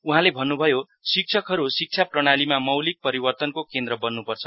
उहाँले भन्नुभयो शिक्षकहरू शिक्षा प्रणालीमा मौलिक परिवर्तनको केन्द्र बन्नुपर्छ